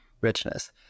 Richness